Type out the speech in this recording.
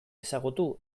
ezagutu